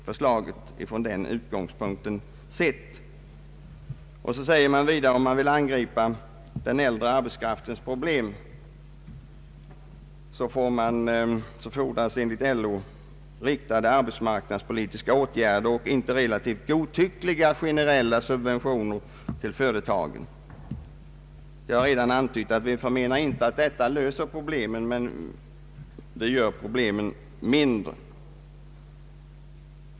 LO säger vidare att om man vill angripa den äldre arbetskraftens problem fordras härför riktade arbetsmarknadspolitiska åtgärder och inte relativt godtyckliga generella subventioner till företagen. Jag har redan antytt att vi inte menar att förslaget löser problemen — men det gör dem mindre.